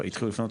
התחילו לפנות,